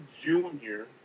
junior